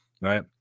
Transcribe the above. Right